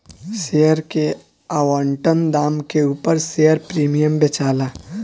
share के आवंटन दाम के उपर शेयर प्रीमियम बेचाला